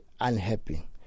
unhappy